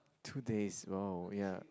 two days wow ya